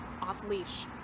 off-leash